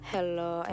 Hello